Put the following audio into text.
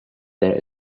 there